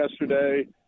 yesterday